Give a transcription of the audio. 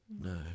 No